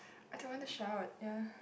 I don't want to shout ya